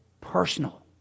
personal